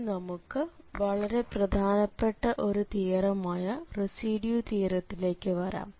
ഇനി നമുക്ക് വളരെ പ്രധാനപ്പെട്ട ഒരു തിയറമായ റെസിഡ്യൂ തിയറത്തിലേക്ക് വരാം